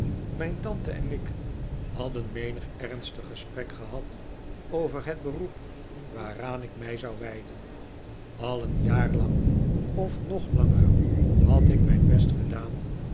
mijn tante en ik hadden menig ernstig gesprek gehad over het beroep waaraan ik mij zou wijden al een jaar lang of nog langer had ik mijn best gedaan